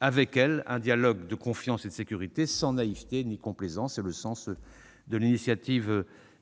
un dialogue de confiance et de sécurité avec elle, sans naïveté ni complaisance. C'est le sens de l'initiative en faveur de